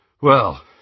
Well